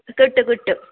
കിട്ടും കിട്ടും